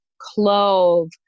clove